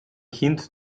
kind